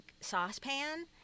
saucepan